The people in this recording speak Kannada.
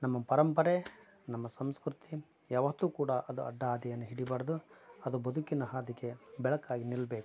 ನಮ್ಮ ಪರಂಪರೆ ನಮ್ಮ ಸಂಸ್ಕೃತಿ ಯಾವತ್ತೂ ಕೂಡ ಅದು ಅಡ್ಡ ಹಾದಿಯನ್ನ ಹಿಡಿಬಾರದು ಅದು ಬದುಕಿನ ಹಾದಿಗೆ ಬೆಳಕಾಗಿ ನಿಲ್ಲಬೇಕು